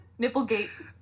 Nipplegate